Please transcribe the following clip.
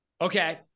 Okay